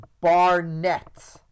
Barnett